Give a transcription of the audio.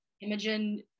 Imogen